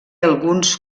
alguns